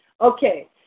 Okay